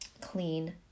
clean